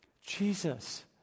Jesus